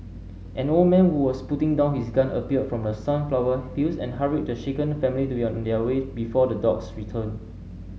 an old man who was putting down his gun appeared from the sunflower fields and hurried the shaken family to be on their way before the dogs return